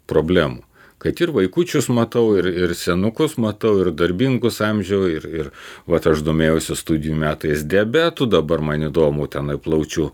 problemų kad ir vaikučius matau ir ir senukus matau ir darbingus amžių ir ir vat aš domėjausi studijų metais diabetu dabar man įdomu tenai plaučių